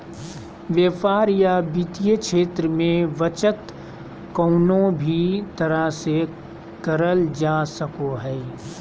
व्यापार या वित्तीय क्षेत्र मे बचत कउनो भी तरह से करल जा सको हय